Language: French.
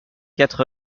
quatre